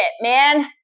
man